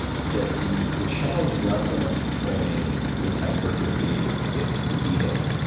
that the the challenge is not so much the training with hypertrophy it's the eating.